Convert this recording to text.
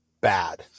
bad